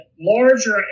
larger